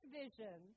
vision